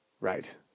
right